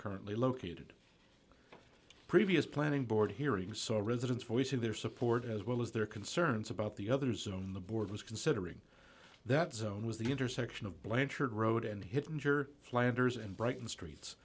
currently located previous planning board hearing so residents voicing their support as well as their concerns about the others on the board was considering that zone was the intersection of blanchard road and hit major flanders and brighton streets